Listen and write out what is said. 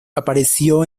apareció